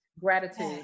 gratitude